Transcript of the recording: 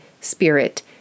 spirit